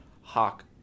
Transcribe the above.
Hawk